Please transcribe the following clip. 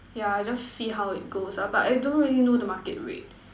yeah I just see how it goes ah but I don't really know the Market rate